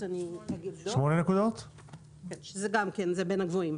בין הגבוהים.